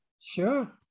Sure